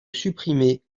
supprimez